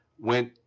went